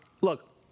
Look